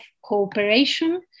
cooperation